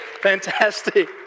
Fantastic